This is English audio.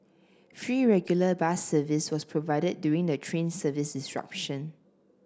free regular bus service was provided during the train service disruption